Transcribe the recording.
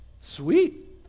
Sweet